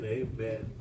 amen